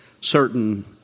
certain